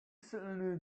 certainly